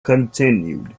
continued